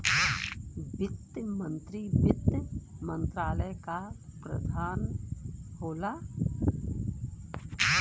वित्त मंत्री वित्त मंत्रालय क प्रधान होला